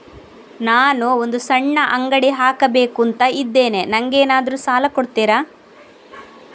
ನಾನು ಒಂದು ಸಣ್ಣ ಅಂಗಡಿ ಹಾಕಬೇಕುಂತ ಇದ್ದೇನೆ ನಂಗೇನಾದ್ರು ಸಾಲ ಕೊಡ್ತೀರಾ?